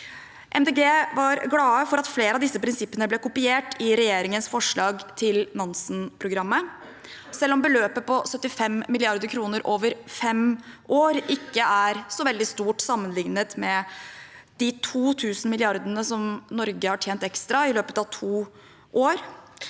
var glade for at flere av disse prinsippene ble kopiert i regjeringens forslag til Nansen-programmet, selv om beløpet på 75 mrd. kr over fem år ikke er så veldig stort sammenlignet med de 2 000 mrd. kr som Norge har tjent ekstra i løpet av to år,